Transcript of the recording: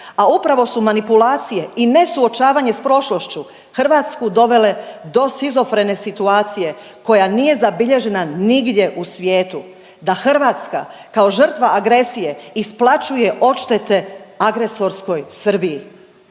a upravo su manipulacije i nesuočavanje s prošlošću Hrvatsku dovele do shizofrene situacije koja nije zabilježena nigdje u svijetu, da Hrvatska kao žrtva agresije isplaćuje odštete agresorskoj Srbiji.